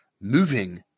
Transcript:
moving